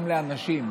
גם לאנשים,